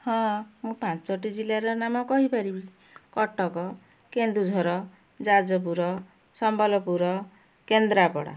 ହଁ ମୁଁ ପାଞ୍ଚଟି ଜିଲ୍ଲାର ନାମ କହିପାରିବି କଟକ କେନ୍ଦୁଝର ଯାଜପୁର ସମ୍ବଲପୁର କେନ୍ଦ୍ରାପଡ଼ା